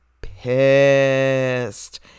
pissed